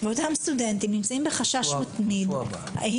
ואותם סטודנטים נמצאים בחשש מתמיד אם